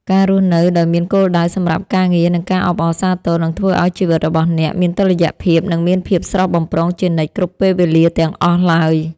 ការរស់នៅដោយមានគោលដៅសម្រាប់ការងារនិងការអបអរសាទរនឹងធ្វើឱ្យជីវិតរបស់អ្នកមានតុល្យភាពនិងមានភាពស្រស់បំព្រងជានិច្ចគ្រប់ពេលវេលាទាំងអស់ឡើយ។